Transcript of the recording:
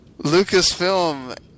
Lucasfilm